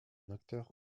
acteur